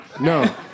No